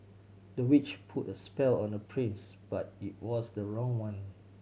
the witch put a spell on the prince but it was the wrong one